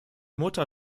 mutter